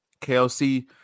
KLC